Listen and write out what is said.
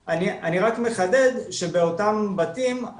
אין תכלול ואין ביצוע, כפי שהיטבת לומר.